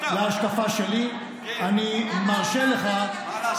מה עשיתם אתם?